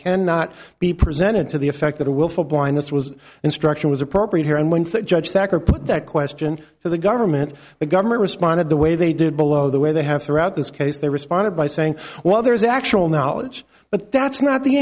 can not be presented to the effect that a willful blindness was instruction was appropriate here and once that judge that put that question to the government the government responded the way they did below the way they have throughout this case they responded by saying well there is actual knowledge but that's not the